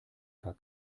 gar